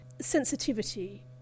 sensitivity